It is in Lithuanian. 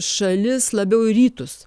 šalis labiau į rytus